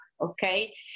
okay